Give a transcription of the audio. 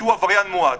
כי הוא עבריין מועד.